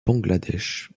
bangladesh